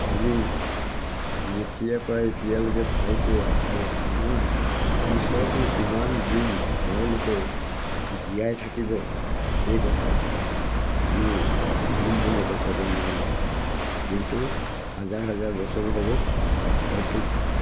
আমি যেতিয়াৰপৰাই এতিয়ালৈকে পাইছোঁৱে আৰু আমাৰ পিছতো কিমান দিন তেওঁলোকে জীয়াই থাকিব এই কথা আমি সম্পূৰ্ণকৈ ক'ব নোৱাৰিম কিন্তু হাজাৰ হাজাৰ বছৰো হ'ব হয়তো